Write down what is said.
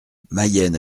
mayenne